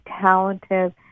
talented